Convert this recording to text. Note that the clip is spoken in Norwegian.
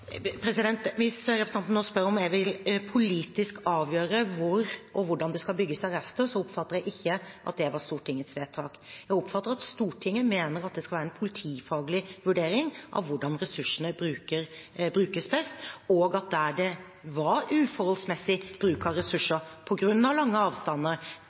Hvis representanten nå spør om jeg politisk vil avgjøre hvor og hvordan det skal bygges arrester, oppfatter jeg ikke at det var Stortingets vedtak. Jeg oppfatter at Stortinget mener at det skal være en politifaglig vurdering av hvordan ressursene brukes best, og at der det var uforholdsmessig bruk av ressurser på grunn av lange avstander